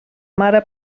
mare